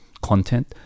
content